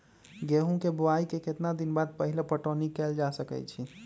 गेंहू के बोआई के केतना दिन बाद पहिला पटौनी कैल जा सकैछि?